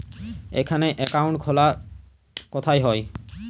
এখানে অ্যাকাউন্ট খোলা কোথায় হয়?